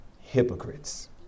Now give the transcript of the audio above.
hypocrites